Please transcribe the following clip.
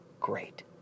great